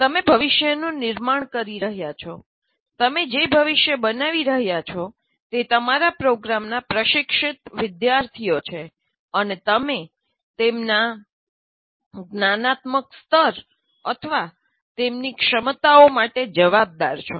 તમે ભવિષ્યનું નિર્માણ કરી રહ્યાં છો તમે જે ભવિષ્ય બનાવી રહ્યા છો તે તમારા પ્રોગ્રામના પ્રશિક્ષિત વિદ્યાર્થીઓ છે અને તમે તેમના જ્ઞાનત્મક સ્તર અથવા તેમની ક્ષમતાઓ માટે જવાબદાર છો